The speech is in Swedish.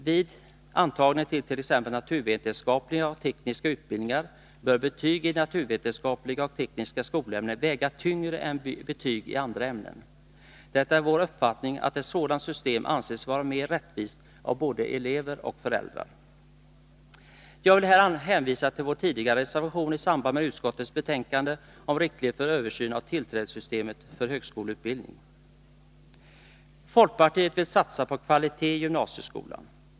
Vid antagning till t.ex. naturvetenskapliga och tekniska utbildningar bör betyg i naturvetenskapliga och tekniska skolämnen väga tyngre än betyg i andra ämnen. Det är vår uppfattning att ett sådant system anses vara mer rättvist av både elever och föräldrar. Jag vill här hänvisa till vår tidigare reservation i samband med utskottets betänkande om riktlinjer för översyn av tillträdessystemet för högskoleutbildning. Herr talman! Folkpartiet vill satsa på kvalitet i gymnasieskolan.